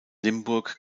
limburg